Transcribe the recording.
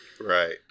right